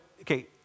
Okay